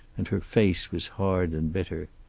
and her face was hard and bitter.